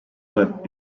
were